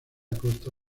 costa